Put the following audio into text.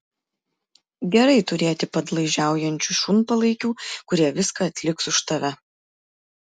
gerai turėti padlaižiaujančių šunpalaikių kurie viską atliks už tave